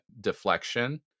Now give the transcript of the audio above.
deflection